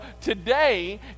today